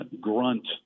grunt